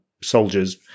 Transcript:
soldiers